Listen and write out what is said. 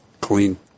Clean